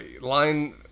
Line